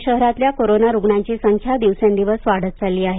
पुणे शहरातल्या कोरोना रुग्णांची संख्या दिवसेंदिवस वाढत चालली आहे